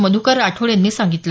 मधुकर राठोड यांनी सांगितलं